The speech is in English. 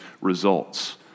results